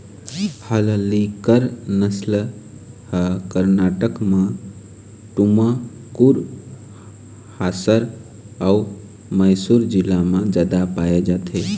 हल्लीकर नसल ह करनाटक म टुमकुर, हासर अउ मइसुर जिला म जादा पाए जाथे